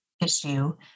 issue